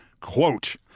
Quote